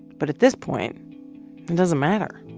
but at this point, it doesn't matter.